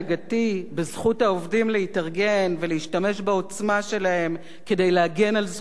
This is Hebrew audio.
בזכות העובדים להתארגן ולהשתמש בעוצמה שלהם כדי להגן על זכויותיהם,